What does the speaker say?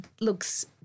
looks